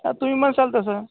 हं तुम्ही म्हणसाल तसं